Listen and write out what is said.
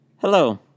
Hello